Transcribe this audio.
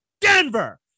Denver